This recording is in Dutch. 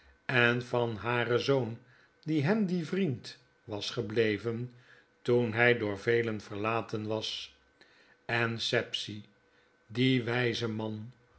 en van haren zoon die hem die vriena was gebleven toen hij door velen verlaten was en sapsea die wyze man